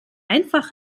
einfach